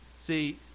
See